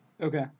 Okay